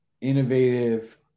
innovative